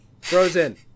Frozen